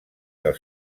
del